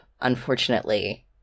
Unfortunately